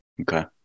Okay